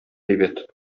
әйбәт